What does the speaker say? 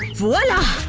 voila!